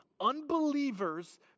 Unbelievers